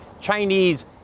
Chinese